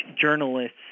journalists